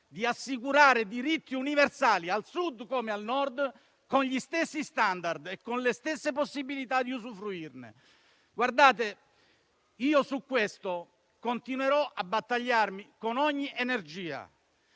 di assicurare diritti universali al Sud come al Nord, con gli stessi *standard* e con le stesse possibilità di usufruirne. Vi dico che su questo continuerò a dare battaglia con ogni energia,